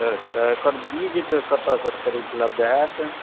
अच्छा एकर बीज तऽ कतऽसँ फेर उपलब्ध हाएत